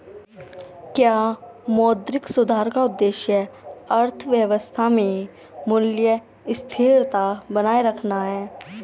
क्या मौद्रिक सुधार का उद्देश्य अर्थव्यवस्था में मूल्य स्थिरता बनाए रखना है?